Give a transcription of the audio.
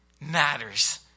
matters